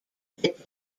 that